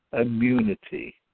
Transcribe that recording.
immunity